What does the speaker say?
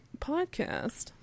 podcast